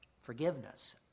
forgiveness